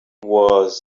was